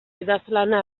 idazlana